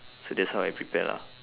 so that's how I prepare lah